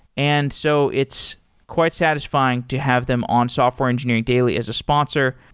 and so it's quite satisfying to have them on software engineering daily as a sponsor.